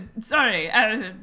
Sorry